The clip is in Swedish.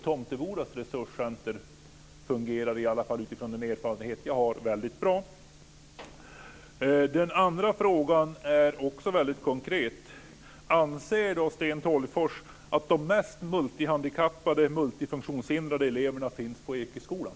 Tomtebodas resurscentrum fungerar i varje fall utifrån den erfarenhet som jag har väldigt bra. Också den andra frågan är konkret: Anser Sten Tolgfors att de mest multifunktionshindrade eleverna finns på Ekeskolan?